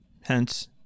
Hence